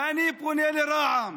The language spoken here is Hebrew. ואני פונה לרע"מ,